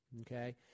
okay